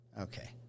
Okay